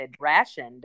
rationed